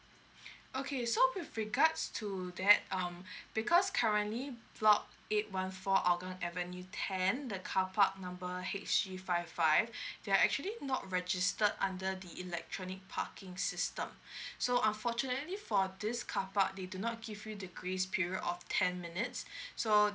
okay so with regards to that um because currently block eight one four hougang avenue ten the carpark number H G five five they are actually not registered under the electronic parking system so unfortunately for this carpark they do not give you the grace period of ten minutes so